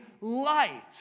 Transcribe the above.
light